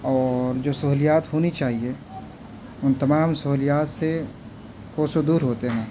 اور جو سہولیات ہونی چاہیے ان تمام سہولیات سے کوسوں دور ہوتے ہیں